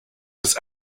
was